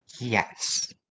Yes